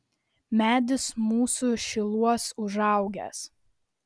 medis mūsų šiluos užaugęs